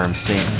um c